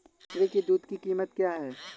बकरी की दूध की कीमत क्या है?